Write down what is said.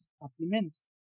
supplements